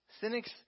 Cynics